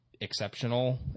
exceptional